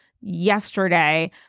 yesterday